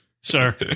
sir